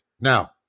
Now